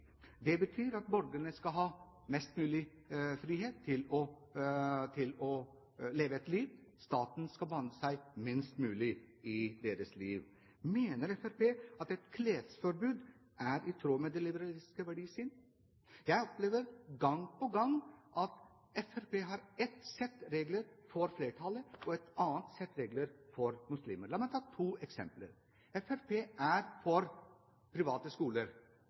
Det betyr at borgerne skal ha mest mulig frihet til å leve et liv. Staten skal blande seg minst mulig inn i deres liv. Mener Fremskrittspartiet at et klesforbud er i tråd med det liberalistiske verdisyn? Jeg opplever gang på gang at Fremskrittspartiet har ett sett regler for flertallet og et annet sett regler for muslimer. La meg ta to eksempler. Fremskrittspartiet er for private skoler,